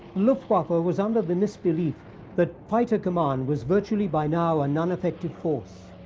luftwaffe ah was under the misbelief that fighter command was virtually by now an uneffective force.